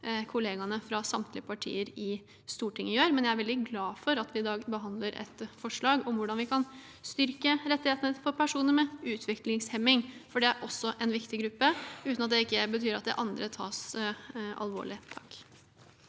kollegaene fra samtlige partier i Stortinget også gjør. Jeg er veldig glad for at vi i dag behandler et forslag om hvordan vi kan styrke rettighetene for personer med utviklingshemming, for det er også en viktig gruppe, uten at det betyr at det andre ikke tas alvorlig.